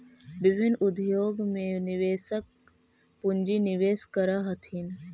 विभिन्न उद्योग में निवेशक पूंजी निवेश करऽ हथिन